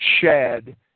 shed